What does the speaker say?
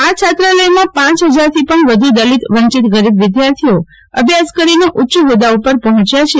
આ છાત્રાલયમાં પાંચ ફજાર થી પણ વધુ દલિત વંચિત ગરિબ વિધાર્થીઓ અભ્યાસ કરીને ઉચ્ય ફોદાઓ પર પફોચયા છે